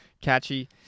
catchy